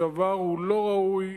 הדבר הוא לא ראוי,